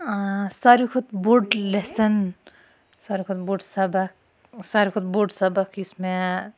ساروٕے کھۄتہ بوٚڑ لیٚسَن ساروٕے کھۄتہ بوڑ سَبَق ساروٕے کھۄتہ بوٚڑ سَبَق یُس مےٚ